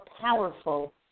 powerful